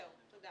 תודה.